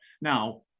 Now